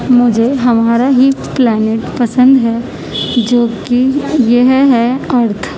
مجھے ہمارا ہی پلانیٹ پسند ہے جو کہ یہ ہے ارتھ